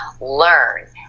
learn